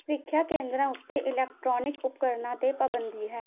ਪ੍ਰੀਖਿਆ ਕੇਂਦਰਾਂ ਉੱਤੇ ਇਲੈਕਟ੍ਰੋਨਿਕ ਉਪਕਰਨਾਂ 'ਤੇ ਪਾਬੰਦੀ ਹੈ